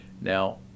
Now